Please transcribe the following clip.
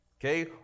Okay